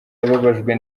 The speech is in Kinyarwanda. yababajwe